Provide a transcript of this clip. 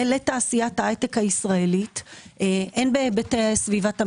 לתעשיית ההייטק הישראלית הן בהיבט סביבת המיסוי,